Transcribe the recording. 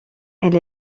elle